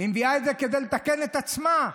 היא מביאה את זה כדי לתקן את עצמה,